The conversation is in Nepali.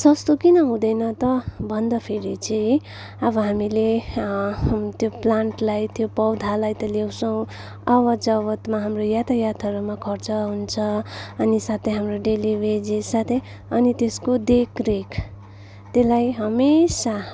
सस्तो किन हुँदैन त भन्दा फेरि चाहिँ अब हामीले त्यो प्लान्टलाई त्यो पौधालाई त ल्याउँछौँ आवत जावतमा हाम्रो यातायातहरूमा खर्च हुन्छ अनि साथै हाम्रो डेली वेजेस साथै अनि त्यसको देखरेख त्यसलाई हमेशा